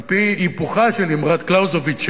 על-פי היפוכה של אמרת קלאוזביץ,